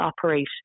operate